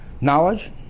Knowledge